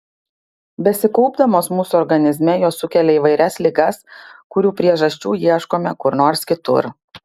besikaupdamos mūsų organizme jos sukelia įvairias ligas kurių priežasčių ieškome kur nors kitur